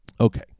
Okay